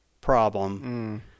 problem